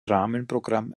rahmenprogramm